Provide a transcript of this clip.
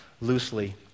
loosely